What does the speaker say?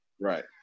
Right